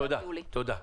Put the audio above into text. תודה.